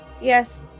yes